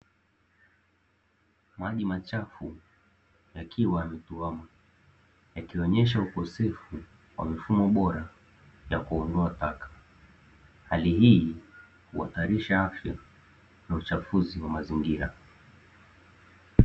Maji machafu yakiwa yametuama yakionesha ukosefu wa mifumo bora ya kuondoa taka, hali hii huatarisha afya na uchafuzi wa mazingira.